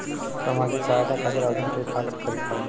सामाजिक सहायता खातिर आवेदन के का तरीका बा?